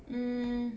mm